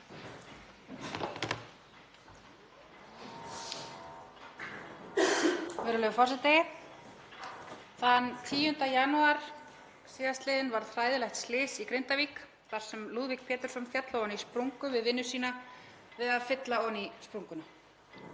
Virðulegur forseti. Þann 10. janúar síðastliðinn var hræðilegt slys í Grindavík þar sem Lúðvík Pétursson féll ofan í sprungu við vinnu sína við að fylla ofan í sprunguna.